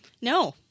No